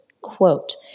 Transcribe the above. quote